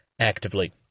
actively